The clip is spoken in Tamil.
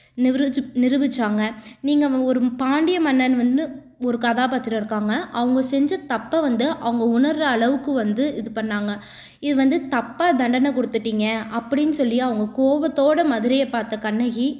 நிருஜ் நிரூபிச்சாங்க நீங்கள் ஒரு பாண்டிய மன்னன் வந்து ஒரு கதாபாத்திரம் இருக்காங்க அவங்க செஞ்ச தப்பை வந்து அவங்க உணர்கிற அளவுக்கு வந்து இது பண்ணாங்க இது வந்து தப்பாக தண்டனை கொடுத்துட்டீங்க அப்படினு சொல்லி அவங்க கோபத்தோடு மதுரையை பார்த்த கண்ணகி